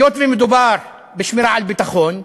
היות שמדובר בשמירה על ביטחון,